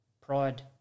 pride